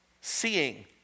seeing